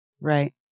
Right